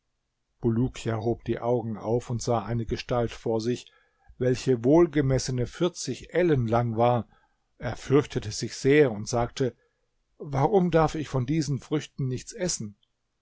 hob die augen auf und sah eine gestalt vor sich welche wohlgemessene ellen lang war er fürchtete sich sehr und sagte warum darf ich von diesen früchten nichts essen